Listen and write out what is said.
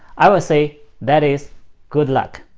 i will say that is good luck.